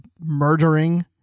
murdering